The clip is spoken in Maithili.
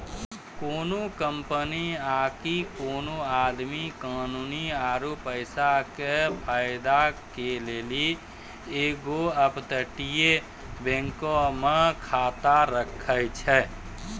कोनो कंपनी आकि कोनो आदमी कानूनी आरु पैसा के फायदा के लेली एगो अपतटीय बैंको मे खाता राखै छै